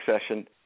session